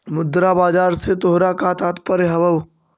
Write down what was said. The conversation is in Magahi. मुद्रा बाजार से तोहरा का तात्पर्य हवअ